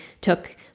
took